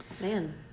man